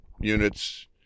units